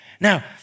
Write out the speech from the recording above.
Now